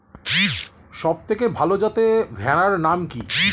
সবথেকে ভালো যাতে ভেড়ার নাম কি?